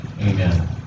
Amen